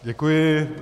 Děkuji.